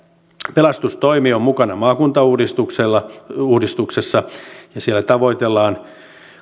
pelastustoimi on mukana maakuntauudistuksessa ja sillä tavoitellaan